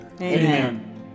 Amen